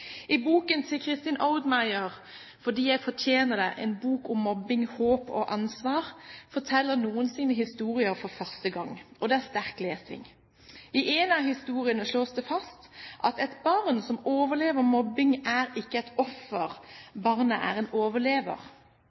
I boken til Kristin Oudmayer, «Fordi jeg fortjener det? En bok om mobbing, håp og ansvar», forteller noen sine historier for første gang, og det er sterk lesing. I en av historiene slås det fast at et barn som overlever mobbing, ikke er et offer – barnet er en overlever.